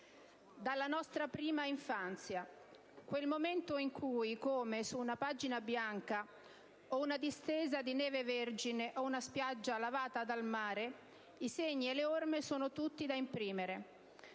dalla nostra prima infanzia, un momento in cui, come su una pagina bianca, una distesa di neve vergine o una spiaggia lavata dal mare, i segni e le orme sono tutti da imprimere.